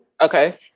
Okay